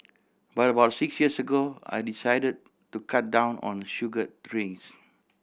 but about six years ago I decided to cut down on sugared drinks